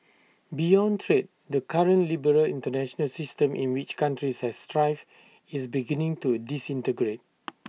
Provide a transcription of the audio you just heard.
beyond trade the current liberal International system in which countries have thrived is beginning to disintegrate